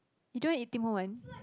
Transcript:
you don't eat Tim-Ho-Wan